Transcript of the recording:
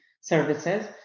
services